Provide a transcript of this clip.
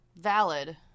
valid